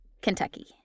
Kentucky